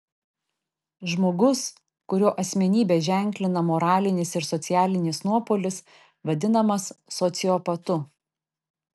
žmogus kurio asmenybę ženklina moralinis ir socialinis nuopolis vadinamas sociopatu